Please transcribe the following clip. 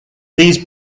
these